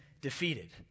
defeated